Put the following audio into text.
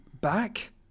Back